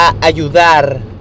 ayudar